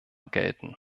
gelten